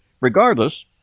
Regardless